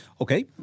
Okay